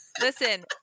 Listen